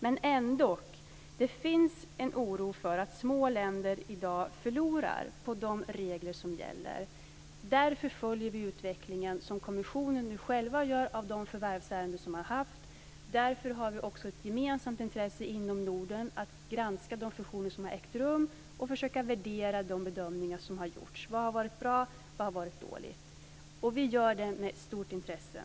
Men ändock: Det finns en oro för att små länder i dag förlorar på de regler som gäller. Därför följer vi utvecklingen, som kommissionen nu själva gör, av de förvärvsärenden som man har haft, och därför har vi också ett gemensamt intresse inom Norden att granska de fusioner som har ägt rum och försöka värdera de bedömningar som har gjorts - vad har varit bra och vad har varit dåligt? - och vi gör det med stort intresse.